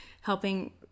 helping